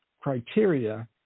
criteria